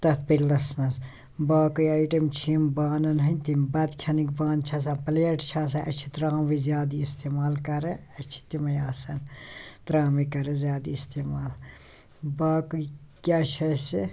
تتھ پٔتلَس مَنٛز باقٕے آیٹَم چھِ یِم بانَن ہنٛدۍ تِم بَتہٕ کھیٚنٕکۍ بانہٕ چھِ آسان پلیٹ چھِ آسان اسہِ چھِ ترٛاموٕے زیادٕ اِستعمال کران اسہ چھِ تمے آسان ترٛامٕے کران زیادٕ استعمال باقٕے کیٛاہ چھُ اسہِ